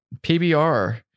PBR